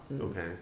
okay